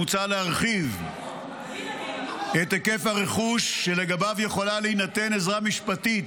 מוצע להרחיב את היקף הרכוש שלגביו יכולה להינתן עזרה משפטית